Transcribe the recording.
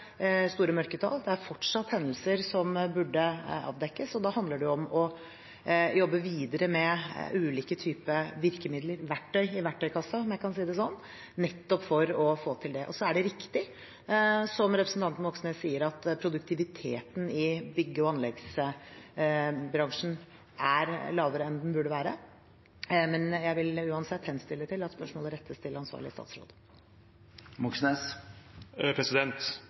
store mørketall, det er fortsatt hendelser som burde avdekkes, og da handler det om å jobbe videre med ulike typer virkemidler – verktøy i verktøykassen, om jeg kan si det sånn – for å få til det. Og så er det riktig, som representanten Moxnes sier, at produktiviteten i bygg- og anleggsbransjen er lavere enn den burde være. Men jeg vil uansett henstille til at spørsmålet rettes til ansvarlig statsråd.